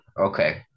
Okay